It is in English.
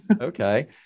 Okay